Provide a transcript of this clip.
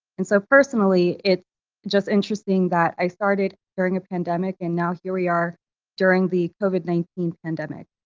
and so personally, it's just interesting that i started during a pandemic. and now here we are during the covid nineteen pandemic.